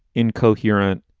incoherent.